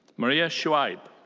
marya shuaib.